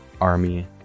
army